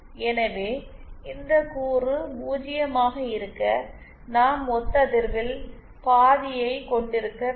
எனவே இந்த கூறு 0 ஆக இருக்க நாம் ஒத்ததிர்வில் பாதியை கொண்டிருக்க வேண்டும்